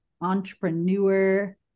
entrepreneur